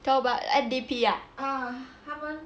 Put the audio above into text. N_D_P ah